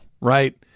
Right